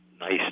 nice